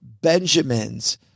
Benjamins